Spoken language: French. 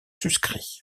suscrit